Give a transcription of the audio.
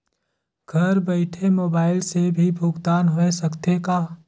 घर बइठे मोबाईल से भी भुगतान होय सकथे का?